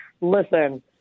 Listen